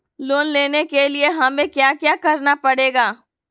Loan लेने के लिए हमें क्या क्या करना पड़ेगा?